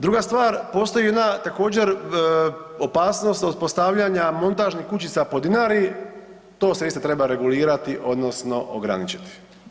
Druga stvar postoji jedna također opasnost od postavljanja montažnih kućica po Dinari, to se isto treba regulirati odnosno ograničiti.